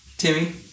Timmy